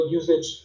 usage